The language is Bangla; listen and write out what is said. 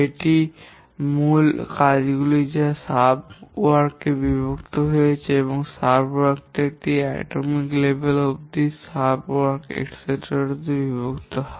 এটি মূল কাজগুলি যা উপকাজ বিভক্ত হয়ে পড়েছে এবং সাব ওয়ার্কটি একটি পারমাণবিক স্তর অবধি উপ কাজ ইত্যাদি তে বিভক্ত হয়